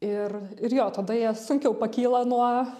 ir ir jo tada jie sunkiau pakyla nuo